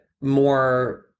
more